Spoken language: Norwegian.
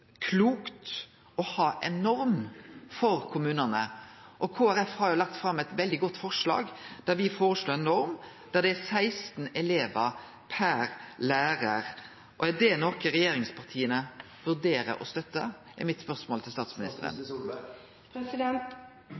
klokt å ha ei norm for kommunane. Kristeleg Folkeparti har lagt fram eit veldig godt forslag der me foreslår ei norm med 16 elevar per lærar. Er det noko regjeringspartia vurderer å støtte? – det er mitt spørsmål til